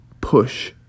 push